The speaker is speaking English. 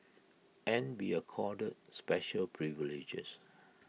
and be accorded special privileges